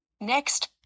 Next